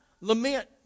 lament